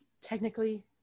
technically